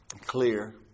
clear